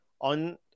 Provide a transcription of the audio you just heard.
on